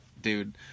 dude